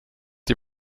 die